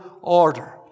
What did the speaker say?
order